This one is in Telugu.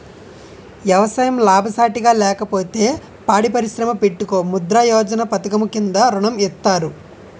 ఎవసాయం లాభసాటిగా లేకపోతే పాడి పరిశ్రమ పెట్టుకో ముద్రా యోజన పధకము కింద ఋణం ఇత్తారు